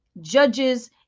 judges